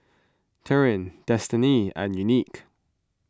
Tyrin Destiney and Unique